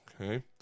okay